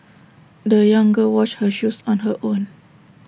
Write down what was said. the young girl washed her shoes on her own